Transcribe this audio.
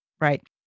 right